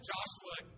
Joshua